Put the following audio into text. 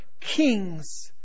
kings